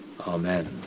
amen